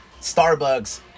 Starbucks